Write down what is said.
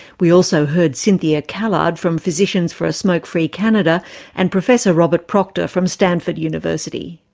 we also heard cynthia callard from physicians for a smoke-free canada and professor robert proctor from stanford university.